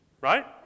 right